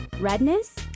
Redness